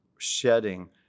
shedding